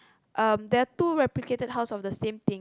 um there are two replicated house of the same thing